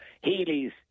Healy's